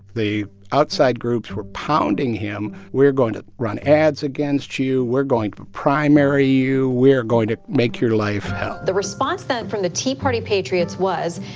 the outside groups were pounding him. we're going to run ads against you. we're going to primary you. we're going to make your life hell the response then from the tea party patriots was,